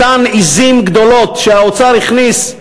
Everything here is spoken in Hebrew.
אותן עזים גדולות שהאוצר הכניס,